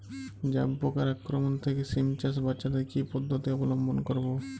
জাব পোকার আক্রমণ থেকে সিম চাষ বাচাতে কি পদ্ধতি অবলম্বন করব?